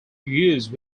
use